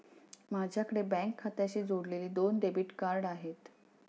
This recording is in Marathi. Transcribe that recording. माझ्याकडे बँक खात्याशी जोडलेली दोन डेबिट कार्ड आहेत